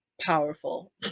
powerful